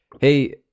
hey